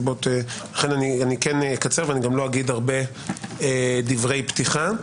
לכן אני כן אקצר ואני גם לא אגיד הרבה דברי פתיחה.